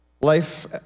Life